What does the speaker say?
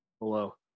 hello